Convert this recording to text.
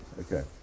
Okay